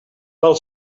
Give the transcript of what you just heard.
val